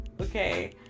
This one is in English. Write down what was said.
okay